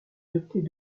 dotés